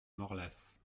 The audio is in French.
morlaàs